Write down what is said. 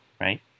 right